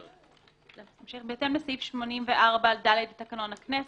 בהתאם לסעיף 84ד לתקנון הכנסת,